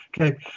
okay